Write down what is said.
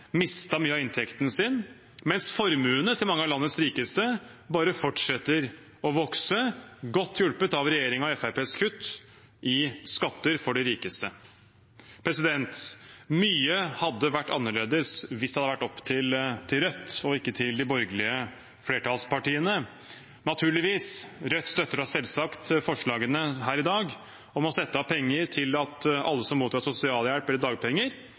mye av inntekten sin, mens formuene til mange av landets rikeste bare fortsetter å vokse, godt hjulpet av regjeringen og Fremskrittspartiets kutt i skatter for de rikeste. Mye hadde vært annerledes hvis det hadde vært opp til Rødt og ikke til de borgerlige flertallspartiene, naturligvis. Rødt støtter selvsagt forslagene i dag om å sette av penger til at alle som mottar sosialhjelp eller dagpenger,